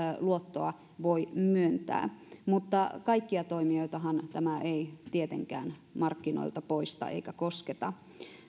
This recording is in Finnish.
luottoa voi myöntää mutta kaikkia toimijoitahan tämä ei tietenkään markkinoilta poista eikä kosketa